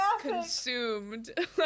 consumed